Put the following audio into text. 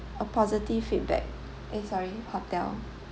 a positive feedback eh sorry hotel